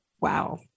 Wow